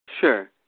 Sure